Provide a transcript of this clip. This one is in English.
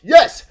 Yes